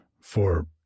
for